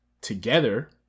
together